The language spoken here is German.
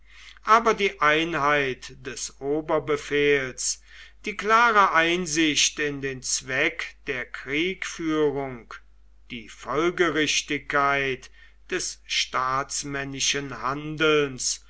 aber die einheit des oberbefehls die klare einsicht in den zweck der kriegführung die folgerichtigkeit des staatsmännischen handelns